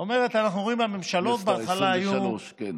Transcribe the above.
זאת אומרת, אנחנו רואים, הכנסת העשרים-ושלוש, כן.